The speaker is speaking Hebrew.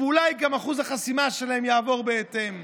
ואולי גם את אחוז החסימה יהיה בהתאם.